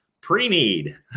pre-need